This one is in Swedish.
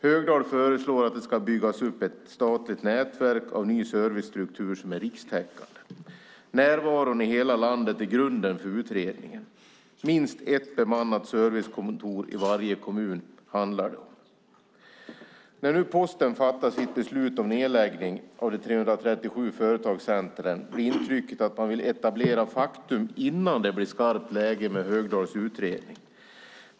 Högdahl föreslår att det ska byggas upp ett statligt nätverk av ny servicestruktur som är rikstäckande. Närvaron i hela landet är grunden för utredningen. Minst ett bemannat servicekontor i varje kommun handlar det om. När nu Posten fattar sitt beslut om nedläggning av de 337 företagscentren är intrycket att man vill etablera faktum innan det blir skarpt läge med Högdahls utredning.